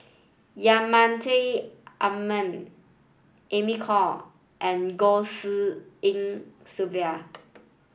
Yasman Aman Amy Khor and Goh Tshin En Sylvia